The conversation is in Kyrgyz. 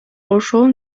ошол